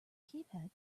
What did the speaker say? keypad